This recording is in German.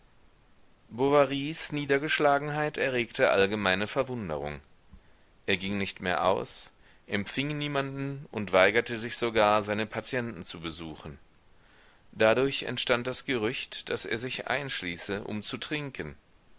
bovarys niedergeschlagenheit erregte allgemeine verwunderung er ging nicht mehr aus empfing niemanden und weigerte sich sogar seine patienten zu besuchen dadurch entstand das gerücht daß er sich einschließe um zu trinken